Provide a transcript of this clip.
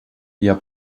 eher